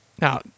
Now